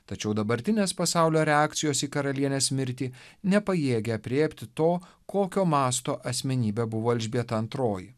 tačiau dabartinės pasaulio reakcijos į karalienės mirtį nepajėgia aprėpti to kokio masto asmenybė buvo elžbieta antroji